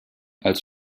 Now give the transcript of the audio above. als